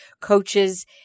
coaches